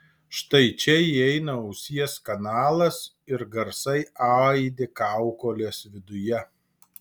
štai čia įeina ausies kanalas ir garsai aidi kaukolės viduje